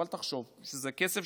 אל תחשוב שזה כסף.